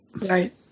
Right